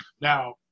Now